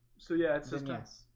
so yeah, it's just nice.